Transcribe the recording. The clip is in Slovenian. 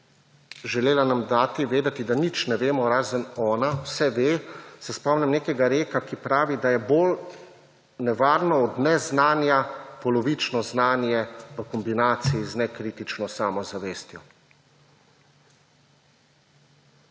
želela nam dati vedeti, da nič ne vemo, razen ona, vse ve, se spomnim nekega reka, ki pravi, da je bolj nevarno od neznanja polovično znanje v kombinaciji z nekritično nesamozavestjo.